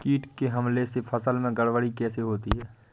कीट के हमले से फसल में गड़बड़ी कैसे होती है?